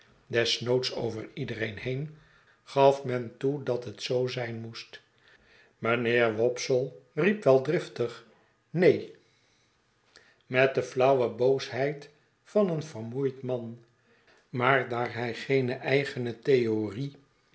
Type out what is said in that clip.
desnoods over iedereen heen gaf men toe dat het zoo zijn moest mynheer wopsle riep wel driftig neen met de llauwe boosheid van een vermoeid man maar daar hij geene eigene theorie